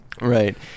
Right